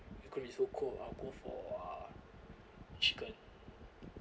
it's gonna be so cold I'll go for a chicken